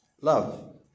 love